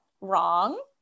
wrong